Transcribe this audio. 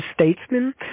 statesman